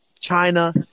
China